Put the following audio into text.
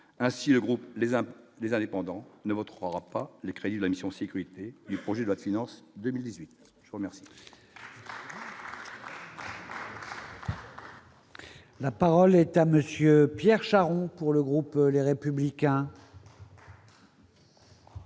groupe, les impôts, les indépendants ne votre aura pas les crédits de la mission sécurité du projet de loi de finances 2018, je vous remercie.